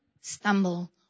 stumble